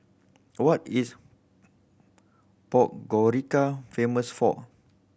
what is Podgorica famous for